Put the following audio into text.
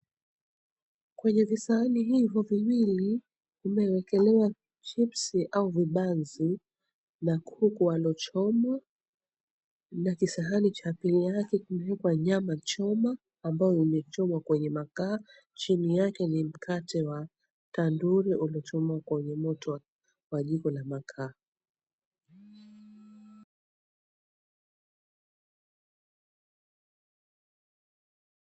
Kwenye visahani hivo viwili vimewekelewa chipsi au vibanzi na kuku walochomwa na kisahani cha mbele yake kumeekwa nyama choma ambao imechomwa kwenye makaa chini yake ni kakte wa tanduri uliochomwa kwenye moto wa jiko la makaa.